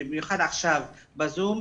ובמיוחד עכשיו בזום,